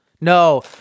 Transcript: No